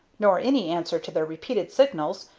nor any answer to their repeated signals,